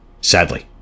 Sadly